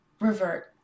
revert